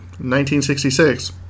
1966